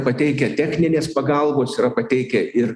pateikę techninės pagalbos yra pateikę ir